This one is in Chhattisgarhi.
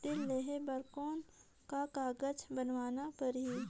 ऋण लेहे बर कौन का कागज बनवाना परही?